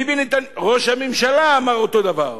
ביבי נתניהו, ראש הממשלה, אמר אותו הדבר.